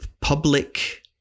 public